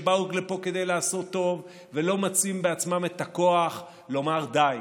שבאו לפה כדי לעשות טוב ולא מוצאים בעצמם את הכוח לומר די.